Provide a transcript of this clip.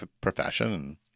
profession